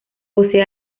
posee